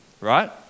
right